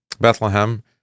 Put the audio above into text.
Bethlehem